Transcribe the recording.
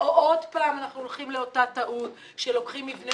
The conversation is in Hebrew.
או שעוד פעם אנחנו הולכים לאותה טעות שלוקחים מבנה